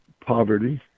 poverty